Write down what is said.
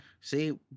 see